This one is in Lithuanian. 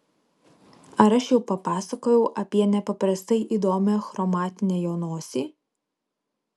ar aš jau papasakojau apie nepaprastai įdomią chromatinę jo nosį